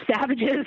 savages